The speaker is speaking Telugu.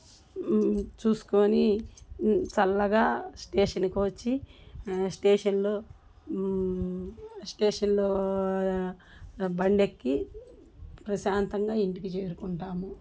చూసుకోని చల్లగా స్టేషన్కి వచ్చి స్టేషన్లో స్టేషన్లో బండెక్కి ప్రశాంతంగా ఇంటికి చేరుకుంటాము